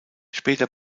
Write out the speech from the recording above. später